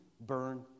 burn